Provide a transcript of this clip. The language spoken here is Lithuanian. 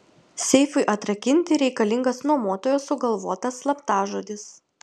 seifui atrakinti reikalingas nuomotojo sugalvotas slaptažodis